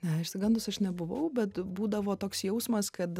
ne išsigandęs aš nebuvau bet būdavo toks jausmas kad